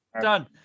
Done